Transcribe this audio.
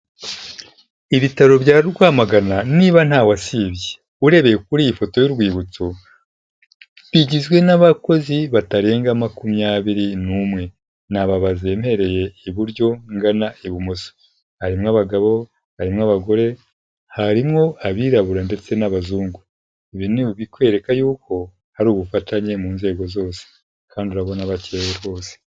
Ibitaro bya Rwamagana niba ntawasibye. Urebeye kuri iyi foto y'urwibutso bigizwe n'abakozi batarenga makumyabiri n'umwe. Nababaze mpereye iburyo ngana ibumoso. Harimo abagabo, harimo abagore, harimo abirabura ndetse n'abazungu. Ibi ni ibikwereka yuko hari ubufatanye mu nzego zose. Kandi urabona bakeye bose.